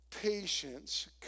patience